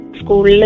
school